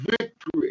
victory